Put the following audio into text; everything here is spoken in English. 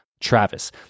Travis